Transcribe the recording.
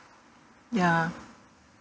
ya